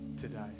today